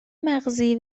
مغزی